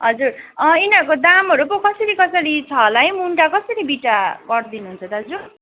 हजुर यिनीहरूको दामहरू पो कसरी कसरी छ होला है मुन्टा कसरी बिटा गरिदिनुहुन्छ दाजु